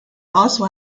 also